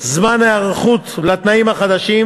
זמן היערכות לתנאים החדשים,